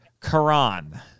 Quran